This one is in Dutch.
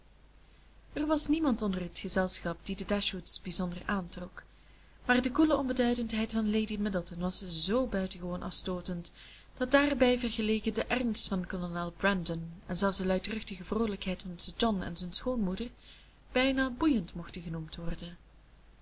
er was niemand onder het gezelschap die de dashwoods bijzonder aantrok maar de koele onbeduidendheid van lady middleton was zoo buitengewoon afstootend dat daarbij vergeleken de ernst van kolonel brandon en zelfs de luidruchtige vroolijkheid van sir john en zijn schoonmoeder bijna boeiend mochten genoemd worden